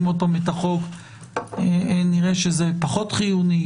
עוד פעם את החוק נראה שזה פחות חיוני,